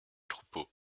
troupeau